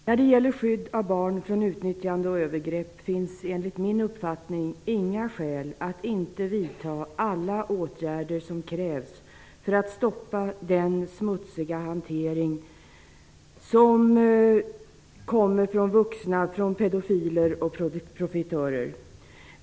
Fru talman! När det gäller skydd av barn från utnyttjande och övergrepp finns det enligt min uppfattning inga skäl att inte vidta alla åtgärder som krävs för att stoppa den smutsiga hantering som utförs av vuxna, pedofiler och profitörer.